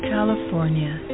California